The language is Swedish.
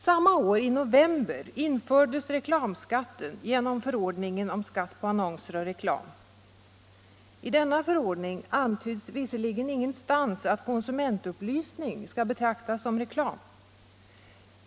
Samma år, i november, infördes reklamskatten genom förordningen om skatt på annonser och reklam. I denna förordning antyds visserligen ingenstans att konsumentupplysning skall betraktas som reklam.